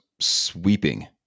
sweeping